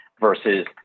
versus